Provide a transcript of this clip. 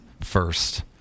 first